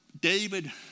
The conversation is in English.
David